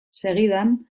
segidan